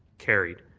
carried.